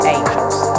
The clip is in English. Angels